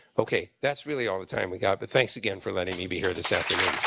okay. that's really all the time we've got. but thanks, again, for letting me be here this afternoon.